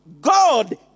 God